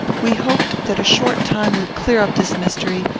we hoped that a short time would clear up this mystery,